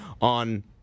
on